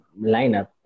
lineup